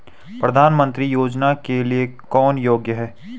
प्रधानमंत्री योजना के लिए कौन योग्य है?